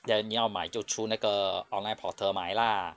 then 你要买就 through 那个 online portal 买 lah